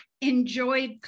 enjoyed